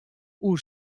oer